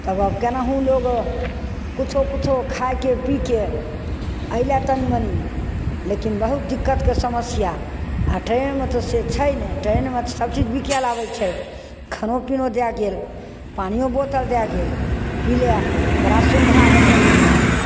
तऽ आब केनाहु लोक किछो किछो खाय कऽ पी कऽ एहि लेल तनी मनी लेकिन बहुत दिक्कत के समस्या आ ट्रेनमे तऽ से छै ने ट्रेनमे तऽ सभचीज बिकाय ला आबै छै खानो पीनो दए गेल पानिओ बोतल दए गेल पीलय बड़ा सुविधा होलहो